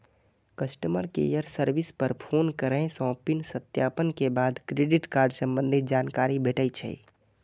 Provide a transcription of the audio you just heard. customer care service पर phone करै सं पिन सत्यापन के बाद क्रेडिट कार्ड संबंधी जानकारी भेटै छै